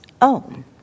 own